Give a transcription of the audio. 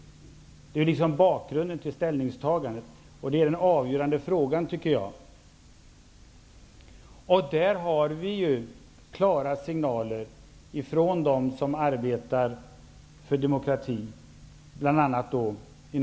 Det är bakgrunden till ställningstagandet, och det är den avgörande frågan. Vi har klara signaler från dem som arbetar för demokrati, bl.a. inom ANC.